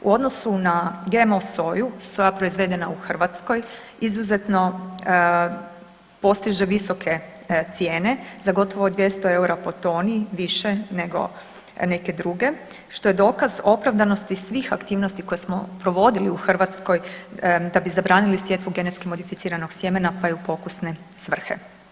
U odnosu na GMO soju, soja proizvedena u Hrvatskoj izuzetno postiže visoke cijene za gotovo 200 EUR-a po toni više nego neke druge što je dokaz opravdanosti svih aktivnosti koje smo provodili u Hrvatskoj da bi zabranili sjetvu genetski modificiranog sjemena pa i u pokusne svrhe.